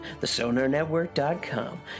thesonarnetwork.com